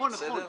נכון, נכון.